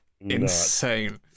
insane